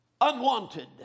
unwanted